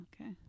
okay